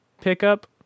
Pickup